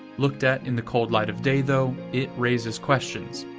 looked at in the cold light of day, though, it raises questions.